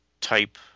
type